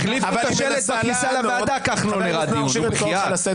חבר הכנסת נאור שירי, אני קורא אותך לסדר.